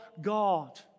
God